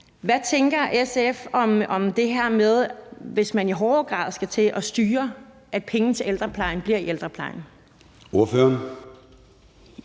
Hvad tænker SF om det, hvis man i højere grad skal til at styre, at penge til ældreplejen blive i ældreplejen? Kl.